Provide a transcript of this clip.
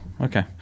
okay